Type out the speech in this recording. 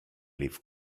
leave